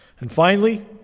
and finally,